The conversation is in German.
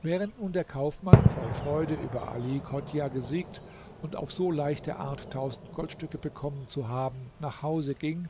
während nun der kaufmann voll freude über ali chodjah gesiegt und auf so leichte art tausend goldstücke bekommen zu haben nach hause ging